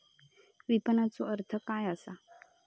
विपणनचो अर्थ काय असा?